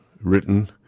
written